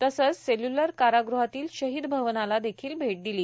तसंच सेल्यूलर कारागृहातील शहीद भवनाला देखील शेट दिली